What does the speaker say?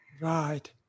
Right